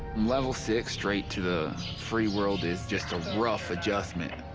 level six straight to the free world is just a rough adjustment.